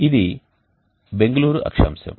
ఇది బెంగళూరు అక్షాంశం